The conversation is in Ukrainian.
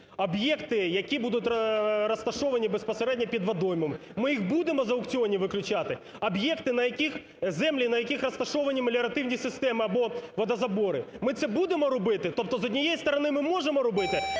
об'єкти, які будуть розташовані безпосередньо під водоймами, ми їх будемо з аукціонів виключати. Об'єкти, на яких… землі, на яких розташовані меліоративні системи або водозабори, ми це будемо робити? Тобто, з однієї сторони, ми можемо робити,